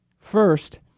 First